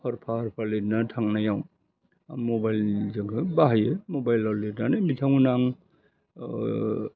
हरफा हरफा लिरना थांनायाव मबेलजोंङो बाहायो मबेलाव लिरनानै बिथांमोना आं ओह